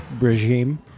regime